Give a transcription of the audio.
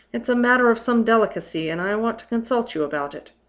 it's a matter of some delicacy, and i want to consult you about it.